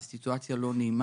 זו סיטואציה לא נעימה,